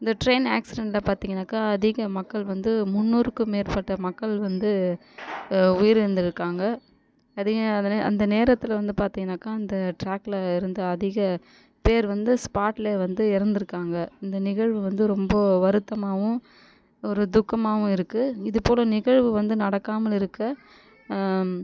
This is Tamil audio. இந்த ட்ரெயின் ஆக்சிரெண்ட்டை பார்த்தீங்கனாக்கா அதிக மக்கள் வந்து முந்நூறுக்கும் மேற்பட்ட மக்கள் வந்து உயிர் இழந்துருக்காங்க அதே அந்த நேரத்தில் வந்து பார்த்தீங்கனாக்க அந்த டிராக்கில் இருந்த அதிக பேர் வந்து ஸ்பாட்டிலே வந்து இறந்திருக்காங்க இந்த நிகழ்வு வந்து ரொம்ப வருத்தமாகவும் ஒரு துக்கமாகவும் இருக்கு இது போல் நிகழ்வு வந்து நடக்காமல் இருக்க